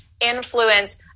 influence